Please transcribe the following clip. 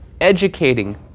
educating